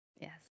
yes